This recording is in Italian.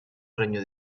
regno